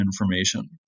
information